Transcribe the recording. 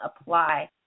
apply